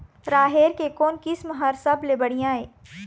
राहेर के कोन किस्म हर सबले बढ़िया ये?